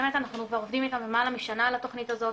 באמת אנחנו כבר עובדים איתם למעלה משנה על התוכנית הזאת,